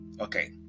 Okay